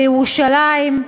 בירושלים,